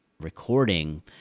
recording